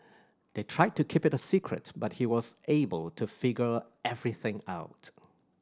they tried to keep it a secret but he was able to figure everything out